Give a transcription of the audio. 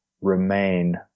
remain